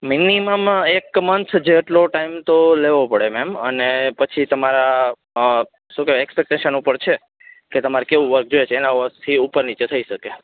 minimum એક month જેટલો time તો લેવો પડે મેમ અને પછી તમારા શું કેવાયે એક્સપેટેક્ષન ઉપર છે કે તમારે કેવું વર્ક જોઈએ છે એના થી ઉપર નીચે થઈ સકે